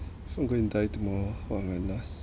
so I'm going to die tomorrow what will be my last